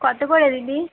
কতো করে দিদি